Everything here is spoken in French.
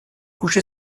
couché